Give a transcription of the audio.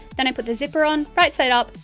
then i put the zipper on right side up,